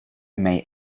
may